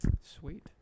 Sweet